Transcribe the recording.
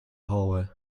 hallway